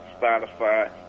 Spotify